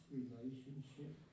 relationship